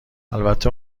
البته